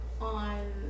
on